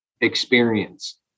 experience